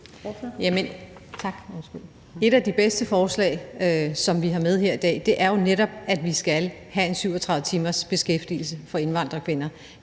et af de bedste forslag, som vi har med her i dag, er jo netop, at vi skal have en 37-timers beskæftigelse for indvandrerkvinder.